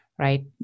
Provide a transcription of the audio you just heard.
Right